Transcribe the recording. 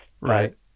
Right